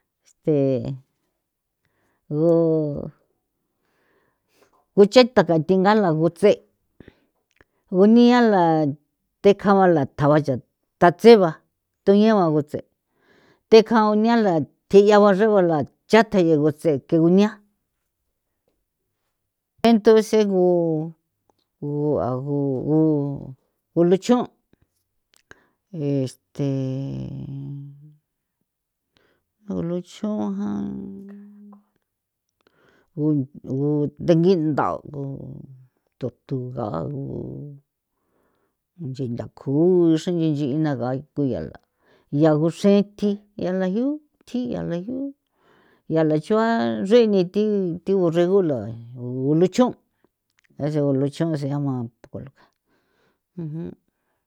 Este gu guchetha ka thinga la gutse guniala tjekja ba la tjagua cha thatse ba thuñe ba gutse tjekjao guniala tjia ba nchri bula cha tjege gutse ke gunia entonce gu gu a gu gulucho este ulucho jan gun ndegi nda'o gu tortuga gu nchintha kju xre nchin chin na ngain kuiala ya guxe thi yala jiu thi iala jiu yala chua nchrini thi thi uxregula gulucho ese gulucho' se llama popoloca.